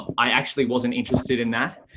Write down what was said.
i actually wasn't interested in that.